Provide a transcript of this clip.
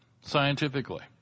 scientifically